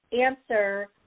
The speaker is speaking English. answer